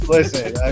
Listen